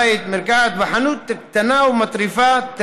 בית מרקחת וחנות קטנה ומטריפה,